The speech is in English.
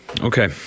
Okay